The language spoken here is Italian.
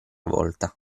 volta